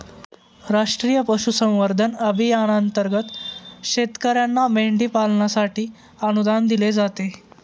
राष्ट्रीय पशुसंवर्धन अभियानांतर्गत शेतकर्यांना मेंढी पालनासाठी अनुदान दिले जाते